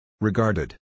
Regarded